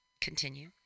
continue